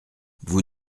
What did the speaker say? vous